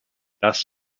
das